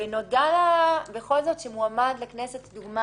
ועדה אחרת תדון בזה.